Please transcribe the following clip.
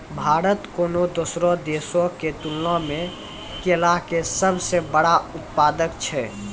भारत कोनो दोसरो देशो के तुलना मे केला के सभ से बड़का उत्पादक छै